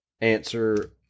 answer